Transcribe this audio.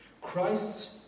Christ's